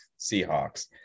Seahawks